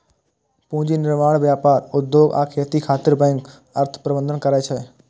पूंजी निर्माण, व्यापार, उद्योग आ खेती खातिर बैंक अर्थ प्रबंधन करै छै